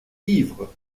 ivres